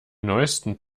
neusten